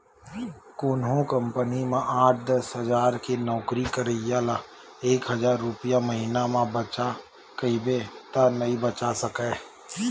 कोनो कंपनी म आठ, दस हजार के नउकरी करइया ल एक हजार रूपिया महिना म बचा कहिबे त नइ बचा सकय